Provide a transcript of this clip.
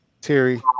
Terry